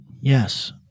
Yes